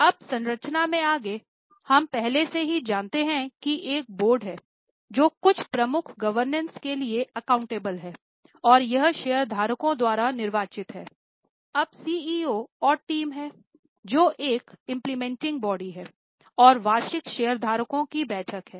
अब संरचना में आगे हम पहले से ही जानते हैं कि एक बोर्ड है जो कुछ प्रमुख गवर्नेंस है और वार्षिक शेयरधारकों की बैठक है